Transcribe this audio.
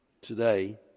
today